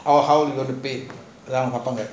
how how you want to pay அதன் பாப்பாங்க:athan paapanga